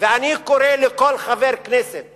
ואני קורא לכל חבר כנסת